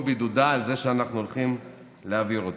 בידודה על זה שאנחנו הולכים להעביר אותו.